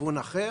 לכיוון אחר